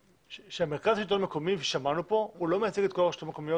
שמרכז שלטון מקומי לא מייצג את כל הרשויות המקומיות,